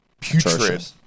putrid